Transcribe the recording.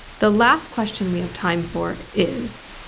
the last question we have time for is,